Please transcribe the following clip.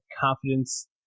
confidence